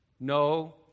no